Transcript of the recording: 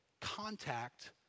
contact